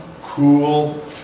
cool